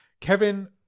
Kevin